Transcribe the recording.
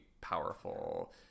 powerful